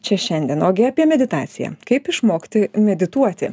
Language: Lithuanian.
čia šiandien ogi apie meditaciją kaip išmokti medituoti